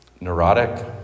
neurotic